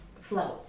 float